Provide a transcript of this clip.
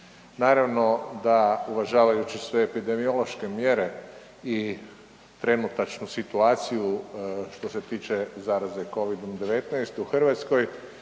Naravno da uvažavajući sve epidemiološke mjere i trenutačnu situaciju što se tiče zaraze Covidom-19 u Hrvatskoj,